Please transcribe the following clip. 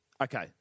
Okay